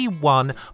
one